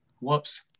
whoops